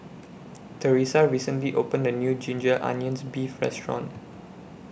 Theresa recently opened A New Ginger Onions Beef Restaurant